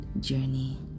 journey